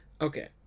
okay